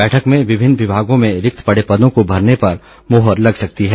बैठक में विभिन्न विभागों में रिक्त पड़े पदों को भरने पर मोहर लग सकती है